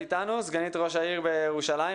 סגנית ראש העיר ירושלים,